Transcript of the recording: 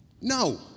no